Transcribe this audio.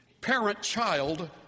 parent-child